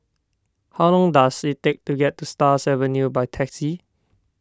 how long does it take to get to Stars Avenue by taxi